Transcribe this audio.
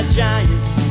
giants